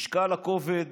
משקל הכובד